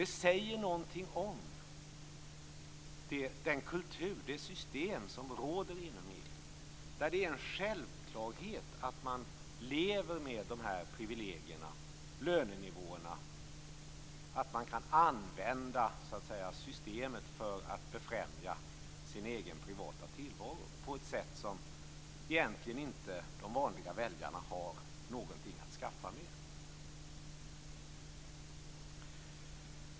Det säger något om den kultur, det system, som råder inom EU. Där är det en självklarhet att man lever med de här privilegierna och lönenivåerna och att man kan använda systemet för att befrämja sin egen privata tillvaro på ett sätt som egentligen inte de vanliga väljarna har något att göra med.